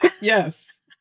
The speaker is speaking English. Yes